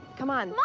come on. like